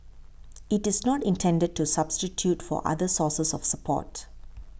it is not intended to substitute for other sources of support